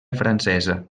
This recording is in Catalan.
francesa